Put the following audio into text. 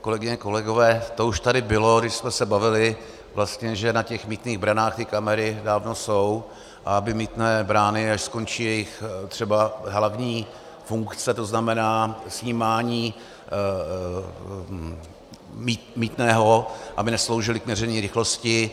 Kolegyně, kolegové, to už tady bylo, když jsme se bavili vlastně, že na těch mýtných branách kamery dávno jsou, a aby mýtné brány, až skončí jejich třeba hlavní funkce, to znamená snímání mýtného, aby nesloužily k měření rychlosti.